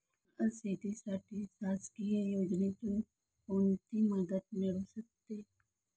मला शेतीसाठी शासकीय योजनेतून कोणतीमदत मिळू शकते?